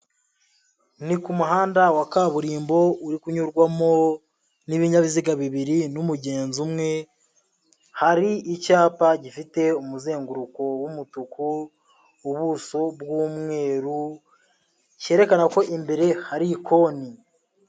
Ni kumuhanda wa kaburimbo uri kunyurwamo n'ibinyabiziga bibiri n'umugenzi umwe, hari icyapa gifite umuzenguruko w'umutuku, ubuso bw'umweru cyerekana ko imbere hari ikoni.